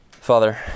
Father